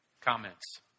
comments